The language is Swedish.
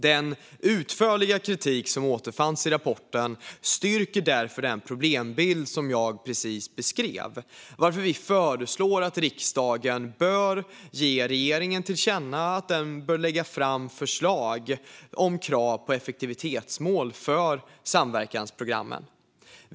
Den utförliga kritik som återfinns i rapporten styrker därför den problembild som jag precis beskrev, varför vi föreslår att riksdagen bör ge regeringen till känna att regeringen bör lägga fram förslag om krav på effektivitetsmål för samverkansprogrammen.